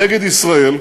נגד ישראל,